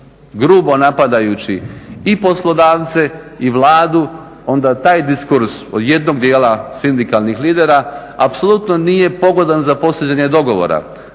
grubo napadajući i poslodavce i Vladu, onda taj diskurs jednog dijela sindikalnih lidera apsolutno nije pogodan za postizanje dogovora.